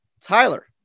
Tyler